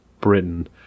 Britain